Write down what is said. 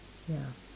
ya